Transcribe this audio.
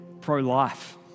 pro-life